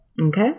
Okay